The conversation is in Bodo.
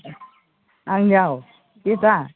आंनियाव गेसआ